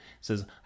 says